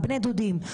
בני הדודים,